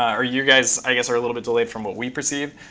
or you guys i guess are a little bit delayed from what we perceive.